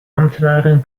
ambtenaren